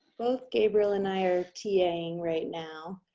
both gabriel and i are taing right now.